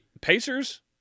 Pacers